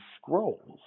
scrolls